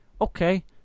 okay